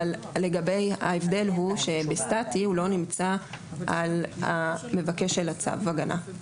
אבל ההבדל הוא שבסטטי הוא לא נמצא על מבקש צו ההגנה.